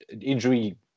injury